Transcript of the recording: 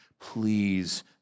please